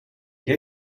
nie